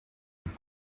miss